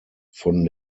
von